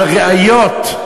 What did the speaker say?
על ראיות.